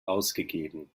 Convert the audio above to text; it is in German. ausgegeben